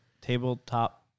Tabletop